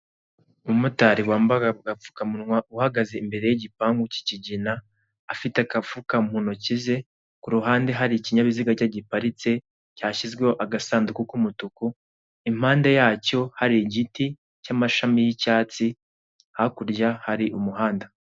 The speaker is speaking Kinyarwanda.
Umumotari wambaye agapfukamunwa uhagaze imbere yigipangu cy'ikigina, afite akafuka mu ntoki ze ku ruhande hari ikinyabiziga cye giparitse cyashyizweho agasanduku k'umutuku impande yacyo hari igiti cy'amashami y'icyatsi, hakurya hari umuhanda.